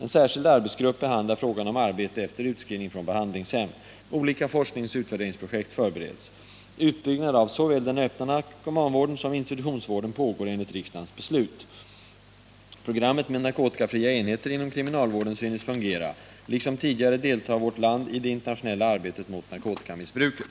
En särskild arbetsgrupp behandlar frågan om arbete efter utskrivning från behandlingshem. Olika forskningsoch utvärderingsprojekt förbereds. Utbyggnad av såväl den öppna narkomanvården som institutionsvården pågår enligt riksdagens beslut. Programmet med narkotikafria enheter inom kriminalvården synes fungera. Liksom tidigare deltar vårt land i det internationella arbetet mot narkotikamissbruket.